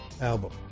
album